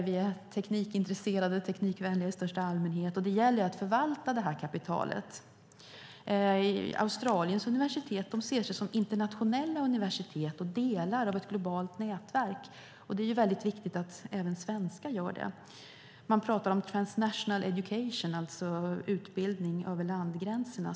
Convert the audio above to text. Vi är teknikintresserade och teknikvänliga i största allmänhet, och det gäller att förvalta det kapitalet. Australiens universitet ser sig som internationella universitet och delar av ett globalt nätverk, och det är väldigt viktigt att även svenska gör det. Man pratar om transnational education, alltså utbildning över landgränserna.